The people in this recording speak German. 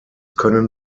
können